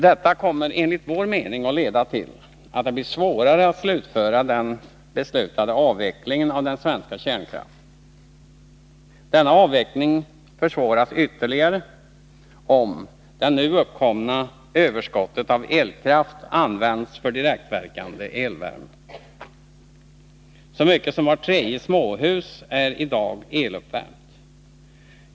Detta kommer enligt vår mening att leda till att det blir svårare att slutföra den beslutade avvecklingen av den svenska kärnkraften. Denna avveckling försvåras ytterligare, om det nu uppkomna överskottet av elkraft används för direktverkande elvärme. Så mycket som vart tredje småhus är i dag eluppvärmt.